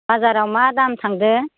बाजाराव मा दाम थांदों